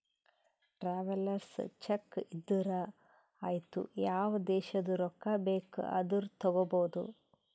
travellers cheque ಇದ್ದೂರು ಐಯ್ತ ಯಾವ ದೇಶದು ರೊಕ್ಕಾ ಬೇಕ್ ಆದೂರು ತಗೋಬೋದ